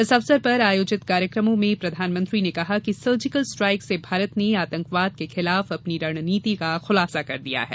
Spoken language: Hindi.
इस अवसर पर आयोजित कार्यक्रमों में प्रधानमंत्री ने कहा कि सर्जिकल स्ट्राइक से भारत ने आतंकवाद के खिलाफ अपनी रणनीति का खुलासा कर दिया है